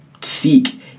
seek